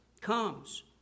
comes